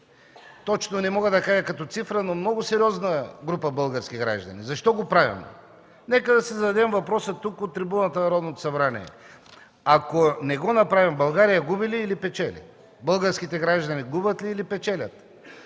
за – не мога да кажа точно като цифра, но много сериозна група български граждани. Защо го правим? Нека си зададем въпроса тук, от трибуната на Народното събрание: ако не го направим, България губи или печели? Българските граждани губят или печелят?